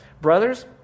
Brothers